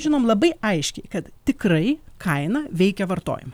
žinom labai aiškiai kad tikrai kaina veikia vartojimą